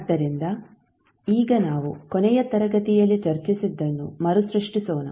ಆದ್ದರಿಂದ ಈಗ ನಾವು ಕೊನೆಯ ತರಗತಿಯಲ್ಲಿ ಚರ್ಚಿಸಿದ್ದನ್ನು ಮರುಸೃಷ್ಟಿಸೋಣ